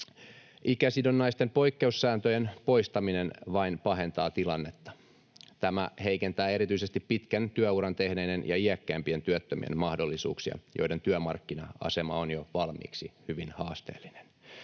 Ikäsidonnaisten poikkeussääntöjen poistaminen vain pahentaa tilannetta. Tämä heikentää erityisesti pitkän työuran tehneiden ja iäkkäämpien työttömien mahdollisuuksia, joiden työmarkkina-asema on jo valmiiksi hyvin haasteellinen.